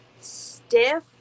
stiff